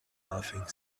nothing